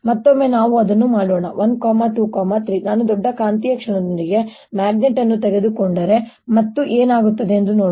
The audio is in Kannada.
ಮತ್ತೊಮ್ಮೆ ನಾವು ಅದನ್ನು ಮಾಡೋಣ 1 2 3 ನಾನು ದೊಡ್ಡ ಕಾಂತೀಯ ಕ್ಷಣದೊಂದಿಗೆ ಮ್ಯಾಗ್ನೆಟ್ ಅನ್ನು ತೆಗೆದುಕೊಂಡರೆ ಮತ್ತು ಏನಾಗುತ್ತದೆ ಎಂದು ನೋಡೋಣ